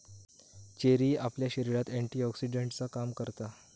cherry आपल्या शरीरात एंटीऑक्सीडेंटचा काम करता